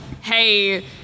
hey